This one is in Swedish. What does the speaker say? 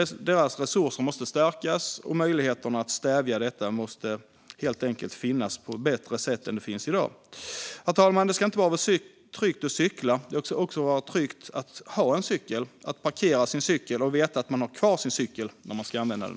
Resurserna måste stärkas, och det måste finnas bättre möjligheter än i dag att stävja detta. Herr talman! Det ska inte bara vara tryggt att cykla, utan det ska också vara tryggt att ha en cykel och att parkera sin cykel, och man ska kunna veta att man har kvar sin cykel när man ska använda den.